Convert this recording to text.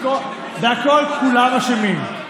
בכול כולם אשמים.